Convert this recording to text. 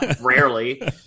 Rarely